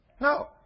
No